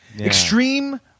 Extreme